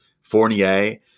Fournier